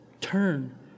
Turn